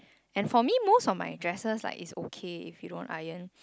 and for me most of my dresses like is okay if you don't iron